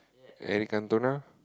Eric-Cantona